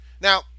Now